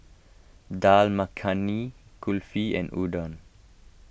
Dal Makhani Kulfi and Udon